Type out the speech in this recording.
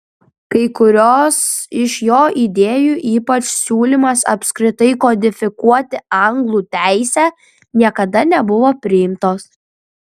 kai kurios iš jo idėjų ypač siūlymas apskritai kodifikuoti anglų teisę niekada nebuvo priimtos